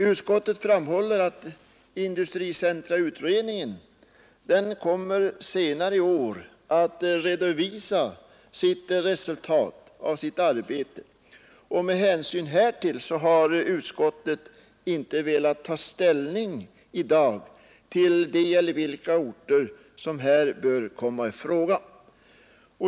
Utskottet framhåller att industricentrautredningen senare i år kommer att redovisa resultatet av sitt arbete. Med hänsyn härtill har utskottet i dag inte velat ta ställning till vilka orter som här bör komma i fråga.